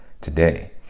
today